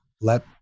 Let